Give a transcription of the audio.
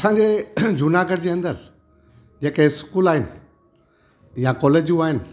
असांजे जूनागढ़ जे अंदरि जेके इस्कूल आहिनि या कॉलेजू आहिनि